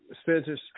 Spencer